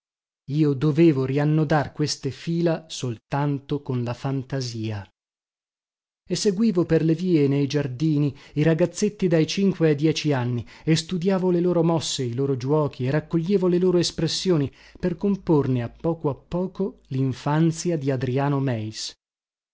io dovevo rannodar queste fila soltanto con la fantasia e seguivo per le vie e nei giardini i ragazzetti dai cinque ai dieci anni e studiavo le loro mosse i loro giuochi e raccoglievo le loro espressioni per comporne a poco a poco linfanzia di adriano meis